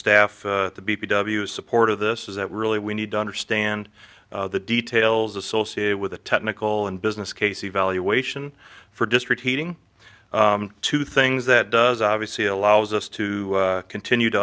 staff the b p w support of this is that really we need to understand the details associated with the technical and business case evaluation for district heating to things that does obviously allows us to continue to